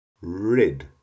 rid